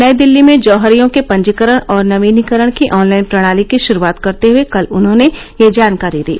नई दिल्ली में जौहरियों के पंजीकरण और नवीनीकरण की ऑनलाइन प्रणाली की शुरूआत करते हुए कल उन्होंने यह जानकारी दी